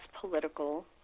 political